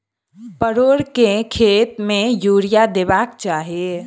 परोर केँ खेत मे यूरिया देबाक चही?